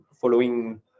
following